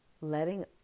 letting